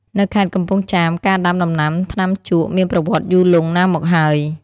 នៅខេត្តកំពង់ចាម ការដាំដំណាំថ្នាំជក់មានប្រវត្តិយូរលង់ណាស់មកហើយ។